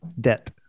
Debt